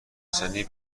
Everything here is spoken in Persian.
سنی